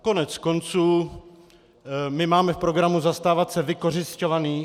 Koneckonců my máme v programu zastávat se vykořisťovaných.